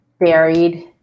buried